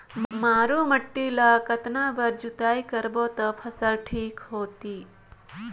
मारू माटी ला कतना बार जुताई करबो ता फसल ठीक होती?